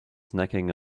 snacking